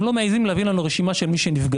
הם לא מעזים להביא לנו רשימה של מי שנפגע.